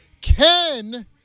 Ken